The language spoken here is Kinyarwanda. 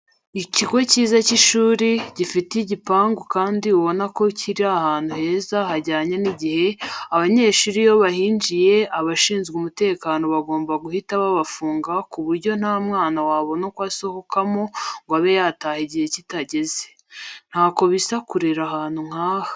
Ikigo cyiza cy'ishuri, gifite igipangu kandi ubona ko kiri ahantu heza hajyanye n'igihe, abanyeshuri iyo bahinjiye abashinzwe umutekano bagomba guhita bahafunga ku buryo nta mwana wabona uko asohokamo ngo abe yataha igihe kitageze. Ntako bisa kurera ahantu nkaha.